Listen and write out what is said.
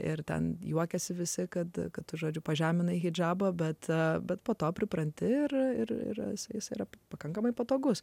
ir ten juokiasi visi kad kad žodžiu pažeminai hidžabą bet bet po to pripranti ir jis yra pakankamai patogus